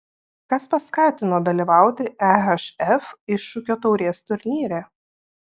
kas paskatino dalyvauti ehf iššūkio taurės turnyre